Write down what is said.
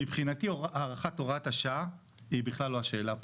מבחינתי הארכת הוראת השעה היא בכלל לא השאלה פה.